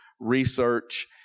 research